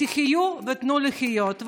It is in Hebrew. תחיו ותנו לחיות.